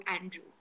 Andrew